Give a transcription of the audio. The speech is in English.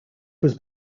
was